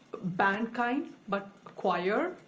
band kind, but choir,